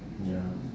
ya